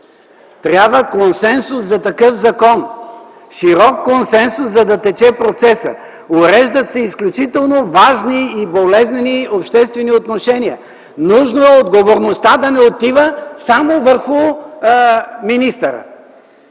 Трябва консенсус за такъв закон. Широк консенсус, за да тече процесът. Уреждат се изключително важни и болезнени обществени отношения. Нужно е отговорността да не отива само върху министъра,